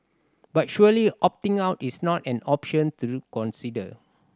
but surely opting out is not an option through consider